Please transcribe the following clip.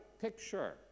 picture